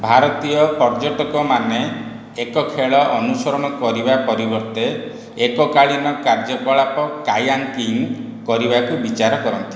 ଭାରତୀୟ ପର୍ଯ୍ୟଟକମାନେ ଏକ ଖେଳ ଅନୁସରଣ କରିବା ପରିବର୍ତ୍ତେ ଏକକାଳୀନ କାର୍ଯ୍ୟକଳାପ କାୟାଁକିଂ କରିବାକୁ ବିଚାର କରନ୍ତି